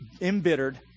embittered